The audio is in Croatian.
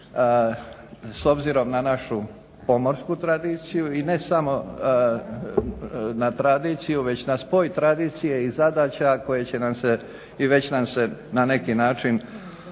s obzirom na našu pomorsku tradiciju i ne samo na tradiciju već na spoj tradicije i zadaća koje će nam se i već nam se na neki način